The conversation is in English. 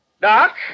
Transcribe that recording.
Doc